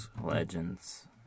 Legends